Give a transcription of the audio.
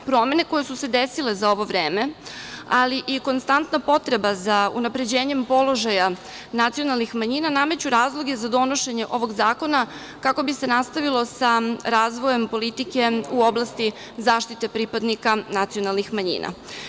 Promene koje su se desile za ovo vreme, ali i konstantna potreba za unapređenjem položaja nacionalnih manjina, nameću razloge za donošenje ovog zakona, kako bi se nastavilo sa razvojem politike u oblasti zaštite pripadnika nacionalnih manjina.